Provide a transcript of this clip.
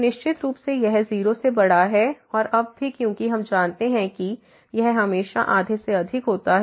तो निश्चित रूप से यह 0 से बड़ा है और अब भी क्योंकि हम जानते हैं कि यह हमेशा आधे से अधिक होता है